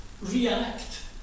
react